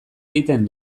egiten